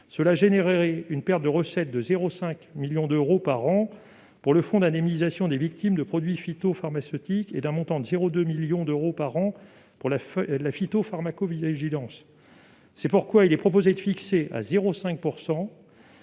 de recettes engendrée serait ainsi de 0,5 million d'euros par an pour le fonds d'indemnisation des victimes de produits phytopharmaceutiques et de 0,2 million d'euros par an pour la phytopharmacovigilance. C'est pourquoi il est proposé de fixer à 0,5